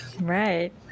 Right